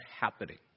happening